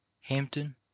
Hampton